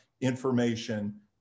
information